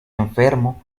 enfermo